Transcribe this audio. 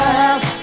Love